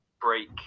break